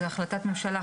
זו החלטת ממשלה,